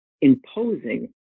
imposing